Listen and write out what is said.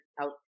out